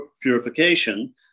purification